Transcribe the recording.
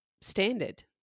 standard